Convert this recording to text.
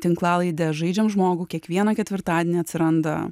tinklalaidę žaidžiam žmogų kiekvieną ketvirtadienį atsiranda